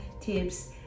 tips